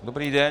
Dobrý den.